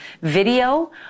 video